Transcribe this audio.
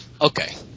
Okay